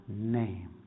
name